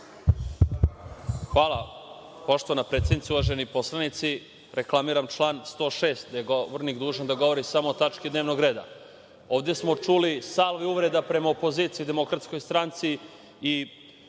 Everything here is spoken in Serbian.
Hvala. Poštovana predsednice, uvaženi poslanici, reklamiram član 106. – govornik je dužan da govori samo o tački dnevnog reda. Ovde smo čuli salve uvreda prema opoziciji, DS i dosta